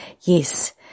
yes